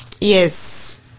Yes